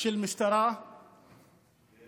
של משטרה באים